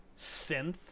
synth